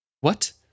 What